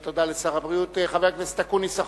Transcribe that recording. חבר הכנסת אקוניס,